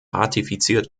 ratifiziert